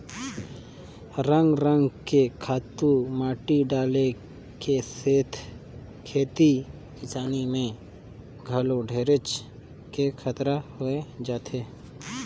रंग रंग के खातू माटी डाले के सेथा खेती किसानी में घलो ढेरेच के खतरा होय जाथे